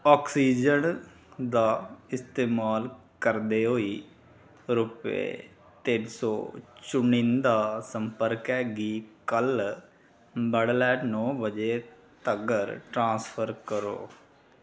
oxygen दा इस्तेमाल करदे होई रूपये तिन्न सौ चुनिंदा संपर्कें गी कल्ल बड्डलै नौ बजे तगर ट्रांसफर करो